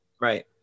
Right